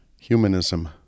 humanism